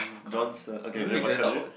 John Sir okay eh but continue